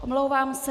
Omlouvám se.